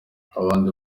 abandi